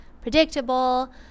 predictable